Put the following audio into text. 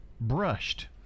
brushed